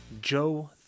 Joe